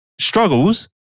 struggles